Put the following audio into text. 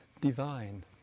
divine